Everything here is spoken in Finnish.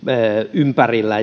ympärillä